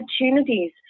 opportunities